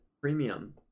premium